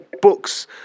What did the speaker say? books